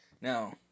Now